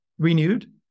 renewed